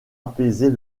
apaiser